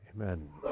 Amen